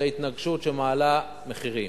זה התנגשות שמעלה מחירים.